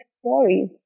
stories